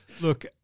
look